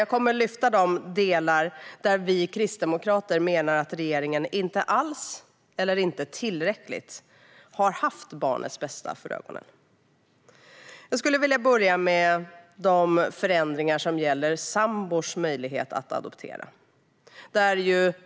Jag kommer att lyfta upp de delar där vi kristdemokrater menar att regeringen inte alls eller inte tillräckligt har haft barnets bästa för ögonen. Jag börjar med förändringarna som gäller sambors möjlighet att adoptera.